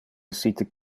essite